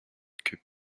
que